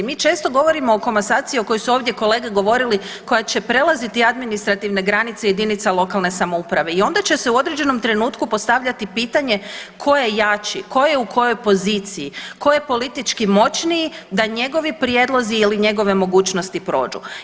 Mi često govorimo o komasaciji o kojoj su ovdje kolege govorili koja će prelaziti administrativne granice JLS i onda će se u određenom trenutku postavljati pitanje ko je jači, ko je u kojoj poziciji, ko je politički moćniji da njegovi prijedlozi ili njegove mogućnosti prođu.